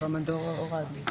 את "במדור" הורדנו.